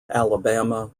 alabama